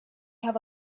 have